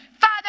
Father